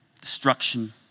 destruction